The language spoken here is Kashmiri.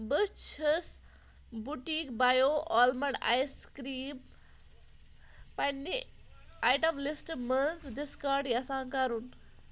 بہٕ چھَس بُٹیٖک بَیو آلمنٛڈ آیِس کرٛیٖم پنٛنہِ آیٹَم لسٹ منٛز ڈسکارڈ یژھان کرُن